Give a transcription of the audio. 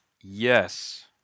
Yes